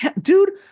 Dude